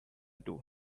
two